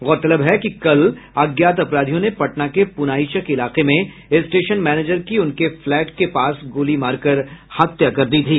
गौरतलब है कि कल अज्ञात अपराधियों ने पटना के पुनाईचक इलाके में स्टेशन मैनेजर की उनके फ्लैट के पास गोली मारकर हत्या कर दी थी